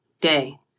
day